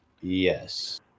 Yes